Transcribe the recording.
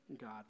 God